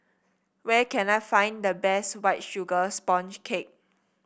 where can I find the best White Sugar Sponge Cake